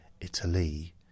Italy